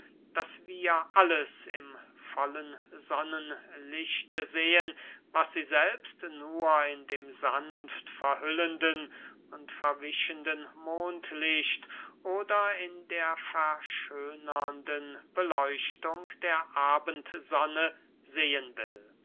daß wir alles im vollen sonnenlichte sehen was sie selbst nur in dem sanft verhüllenden und vermischenden mondlicht oder in der verschönernden beleuchtung der abendsonne sehen will